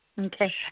Okay